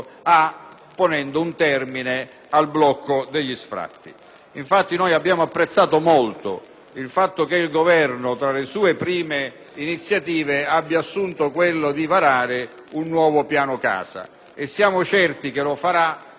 il fatto che il Governo, tra le sue prime iniziative, abbia assunto quella di varare un nuovo Piano casa e siamo certi che lo farà nei tempi necessari perché questo decreto non abbia bisogno di essere reiterato.